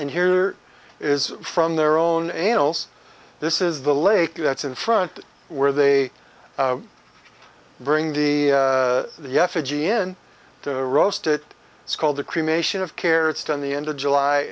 and here is from their own annals this is the lake that's in front where they bring the the effigy in to roast it it's called the cremation of care it's done the end of july